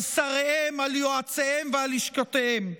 על שריהם, על יועציהם ועל לשכותיהם.